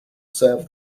serve